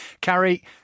Carrie